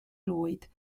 lwyd